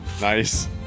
Nice